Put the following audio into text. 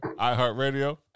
iHeartRadio